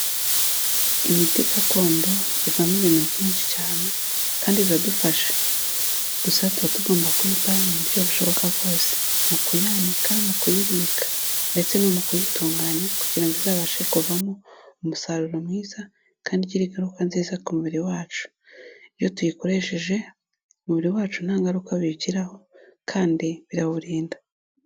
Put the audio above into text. Imiti gakondo ivamo ibintu byinshi cyane kandi biradufasha, gusa tuba tugomba kuyitaho mu buryo bushoboka bwose, mu kuyanika, mu kuyibika ndetse no mu kuyitunganya kugira ngo izabashe kuvamo, umusaruro mwiza kandi igira ingaruka nziza ku mubiri wacu, iyo tuyikoresheje umubiri wacu nta ngaruka biwugiraho kandi birawurinda.